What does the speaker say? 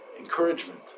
Encouragement